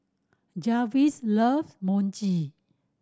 Jarvis love Mochi